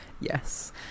Yes